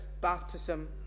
baptism